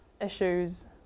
issues